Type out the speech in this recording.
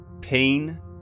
pain